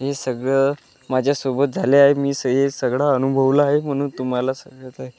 हे सगळं माझ्यासोबत झाले आहे मी स हे सगळं अनुभवलं आहे म्हणून तुम्हाला सांगताय